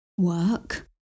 work